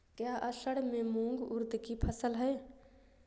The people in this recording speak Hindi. क्या असड़ में मूंग उर्द कि फसल है?